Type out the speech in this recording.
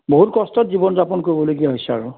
বহুত কষ্টত জীৱন যাপন কৰিবলগীয়া হৈছে আৰু